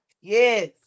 Yes